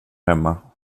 hemma